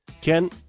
Ken